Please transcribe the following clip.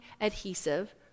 adhesive